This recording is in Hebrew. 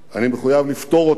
אני מחויב לפתור אותן,